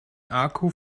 akku